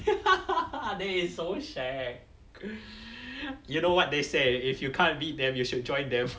that is so shag you know what they say if you can't beat them you should join them